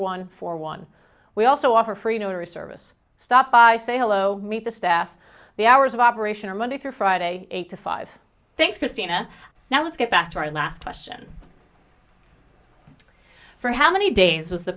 one four one we also offer free notary service stop by say hello meet the staff the hours of operation are monday through friday eight to five thanks christina now let's get back to our last question for how many days was the